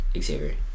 Xavier